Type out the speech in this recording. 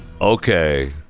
okay